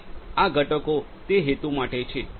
અને આ ઘટકો તે હેતુ માટે છે